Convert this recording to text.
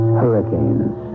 hurricanes